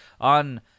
on